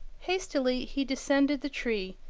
hastily he descended the tree,